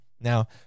now